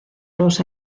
los